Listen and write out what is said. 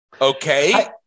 Okay